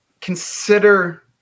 consider